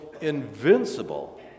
invincible